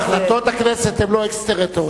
החלטות הכנסת הן לא אקסטריטוריאליות.